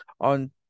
on